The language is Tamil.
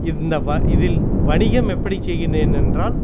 இந்த இதில் வணிகம் எப்படி செய்கிறேன் என்றால்